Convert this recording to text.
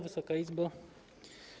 Wysoka Izbo!